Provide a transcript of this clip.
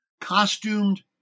costumed